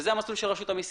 וזה המסלול של רשות המסים.